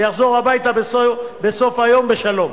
ויחזור הביתה בסוף היום לשלום,